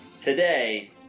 today